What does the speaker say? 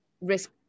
risk